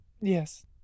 Yes